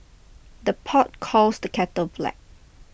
the pot calls the kettle black